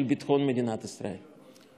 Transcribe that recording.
של ביטחון מדינת ישראל.